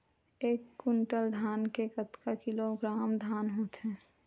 एक कुंटल धान में कतका किलोग्राम धान होथे?